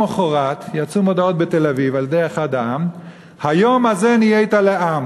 למחרת יצאו מודעות בתל-אביב על-ידי אחד העם: "היום הזה נהיית לעם".